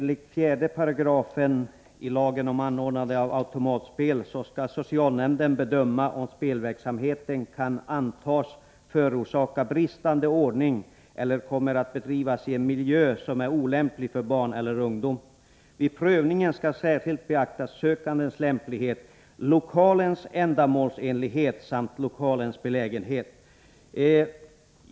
Fru talman! Enligt 4§ lagen om anordnande av visst automatspel skall socialnämnden bedöma om spelverksamheten kan antas förorsaka bristande ordning eller om den kommer att bedrivas i en miljö som är olämplig för barn eller ungdom. Vid prövningen skall särskilt beaktas sökandens lämplighet, lokalens ändamålsenlighet samt lokalens belägenhet.